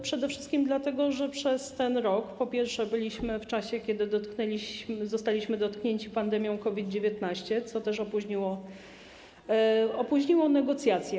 Przede wszystkim dlatego, że przez ten rok, po pierwsze, byliśmy w czasie, kiedy zostaliśmy dotknięci pandemią COVID-19, co opóźniło negocjacje.